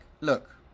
Look